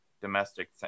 domestic